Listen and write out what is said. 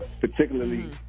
particularly